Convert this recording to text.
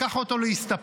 לקח אותו להסתפר,